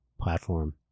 platform